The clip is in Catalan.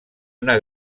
una